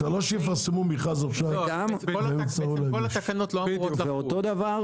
שלא יפרסמו מכרז עכשיו באמצעות --- בעצם כל התקנות לא אמורות לחול.